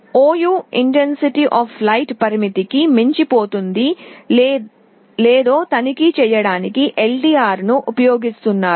ou కాంతి తీవ్రత పరిమితికి మించిపోయిందో లేదో తనిఖీ చేయడానికి LDR ను ఉపయోగిస్తున్నారు